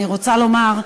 אני רוצה לומר: